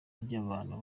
ry’abantu